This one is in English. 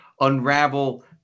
unravel